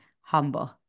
humble